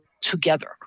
together